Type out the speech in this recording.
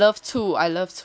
yes I love 醋